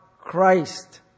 Christ